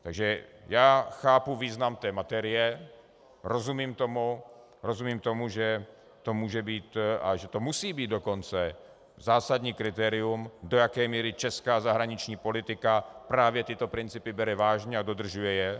Takže chápu význam té materie, rozumím tomu, že to může být a že to musí být dokonce zásadní kritérium, do jaké míry česká zahraniční politika právě tyto principy bere vážně a dodržuje je.